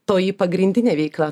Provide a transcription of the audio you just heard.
toji pagrindinė veikla